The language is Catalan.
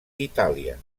itàlia